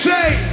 Say